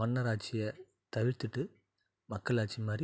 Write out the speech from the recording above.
மன்னர் ஆட்சியை தவிர்த்துட்டு மக்களாட்சி மாதிரி